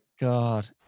god